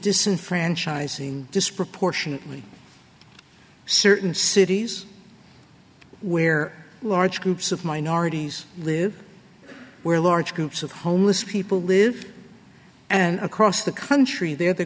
disenfranchising disproportionately certain cities where large groups of minorities live where large groups of homeless people live and across the country they're the